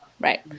Right